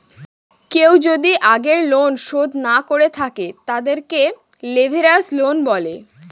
কেউ যদি আগের লোন শোধ না করে থাকে, তাদেরকে লেভেরাজ লোন বলে